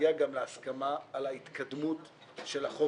ולהגיע גם להסכמה על ההתקדמות של החוק